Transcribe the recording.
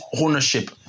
ownership